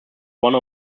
one